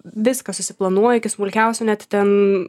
viską susiplanuoji iki smulkiausių net ten